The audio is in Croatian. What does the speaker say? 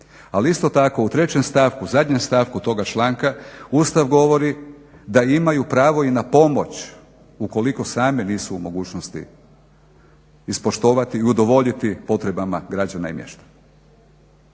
Ali isto tako u trećem stavku, zadnjem stavku toga članka Ustav govori da imaju pravo i na pomoć ukoliko sami nisu u mogućnosti ispoštovati i udovoljiti potrebama građana i mještana.